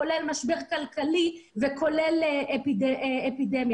כולל משבר כלכלי וכולל אפידמיה.